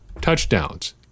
touchdowns